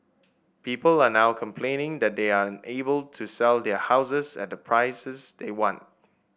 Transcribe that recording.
people are now complaining that they are unable to sell their houses at the prices they want